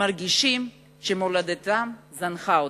מרגישים שמולדתם זנחה אותם.